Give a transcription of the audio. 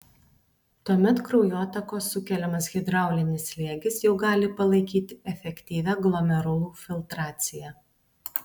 tuomet kraujotakos sukeliamas hidraulinis slėgis jau gali palaikyti efektyvią glomerulų filtraciją